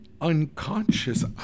unconscious